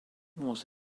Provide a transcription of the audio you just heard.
was